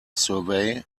survey